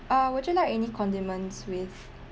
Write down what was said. uh would you like any condiments with